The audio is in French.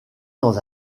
dans